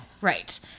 Right